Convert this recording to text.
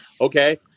okay